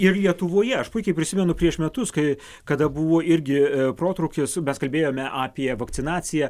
ir lietuvoje aš puikiai prisimenu prieš metus kai kada buvo irgi protrūkis mes kalbėjome apie vakcinaciją